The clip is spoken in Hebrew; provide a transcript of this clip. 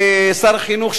שר החינוך,